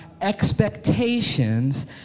expectations